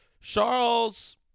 Charles